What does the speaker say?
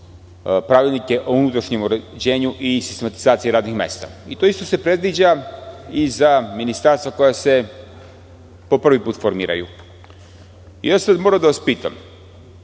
pravilnike o unutrašnjem uređenju i sistematizaciji radnih mesta. To isto se predviđa i za ministarstva koja se po prvi put formiraju. Sada moram da vas pitam.